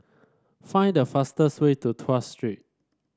find the fastest way to Tuas Street